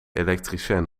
elektricien